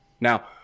Now